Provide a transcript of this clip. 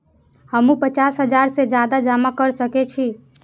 हमू पचास हजार से ज्यादा जमा कर सके छी?